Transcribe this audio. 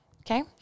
Okay